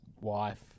wife